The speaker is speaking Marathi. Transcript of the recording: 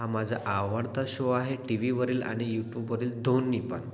हा माझा आवडता शो आहे टी व्हीवरील आणि यूटूबवरील दोन्ही पण